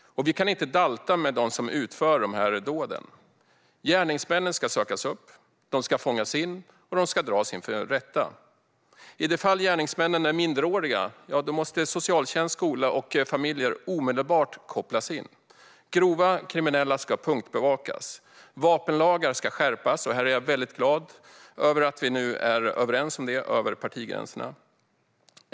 Vi kan inte dalta med dem som utför dessa dåd. Gärningsmännen ska sökas upp, fångas in och dras inför rätta. I de fall gärningsmännen är minderåriga måste socialtjänst, skola och familjer omedelbart kopplas in. Grova kriminella ska punktbevakas. Vapenlagar ska skärpas, och jag är väldigt glad över att vi nu är överens om detta över partigränserna.